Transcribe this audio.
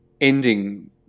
ending